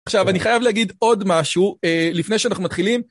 עכשיו, אני חייב להגיד עוד משהו לפני שאנחנו מתחילים.